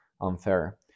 unfair